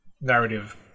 narrative